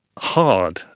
hard,